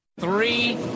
three